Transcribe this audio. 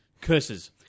Curses